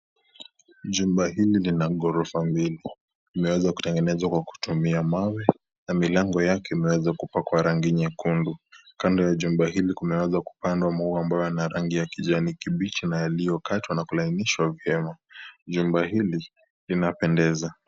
Jumba hili lina ghorofa mbili. Imeweza kutengeneza kwa kutumia mawe na milango yake imeweza kupakwa rangi nyekundu. Kando ya jumba hili kunaweza kupandwa maua ambayo yana rangi ya kijani kibichi na yaliyokatwa na kulainishwa vyema. Jumba hili linapendeza.